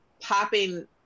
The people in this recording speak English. popping